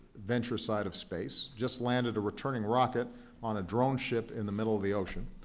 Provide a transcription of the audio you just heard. venture side of space, just landed a returning rocket on a drone ship in the middle of the ocean.